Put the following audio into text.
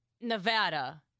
Nevada